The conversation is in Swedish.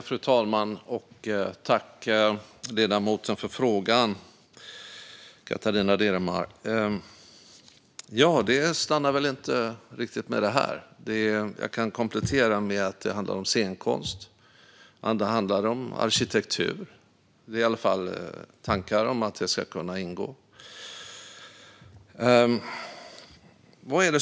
Fru talman! Jag tackar ledamoten Catarina Deremar för frågan. Det stannar väl inte riktigt med detta. Jag kan komplettera med att det handlar om scenkonst och om arkitektur. Det finns i alla fall tankar om att det ska kunna ingå.